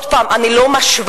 עוד פעם, אני לא משווה,